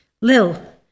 Lil